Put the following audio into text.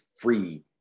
free